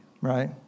right